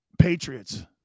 Patriots